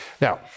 Now